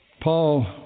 Paul